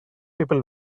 people